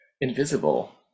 invisible